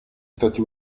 stati